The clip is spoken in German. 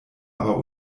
aber